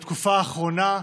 בתקופה האחרונה,